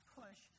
push